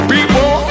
People